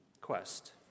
quest